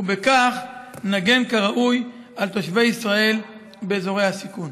ובכך נגן כראוי על תושבי ישראל באזורי הסיכון.